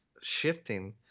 shifting